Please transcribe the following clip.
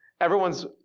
everyone's